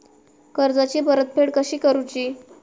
कर्जाची परतफेड कशी करुची?